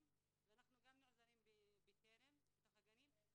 ואנחנו גם נעזרים ב'בטרם' בתוך הגנים.